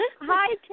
hi